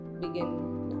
begin